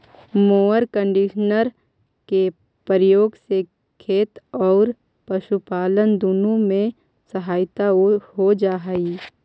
mower conditioner के प्रयोग से खेत औउर पशुपालन दुनो में सहायता हो जा हई